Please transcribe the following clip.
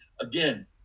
again